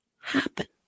happen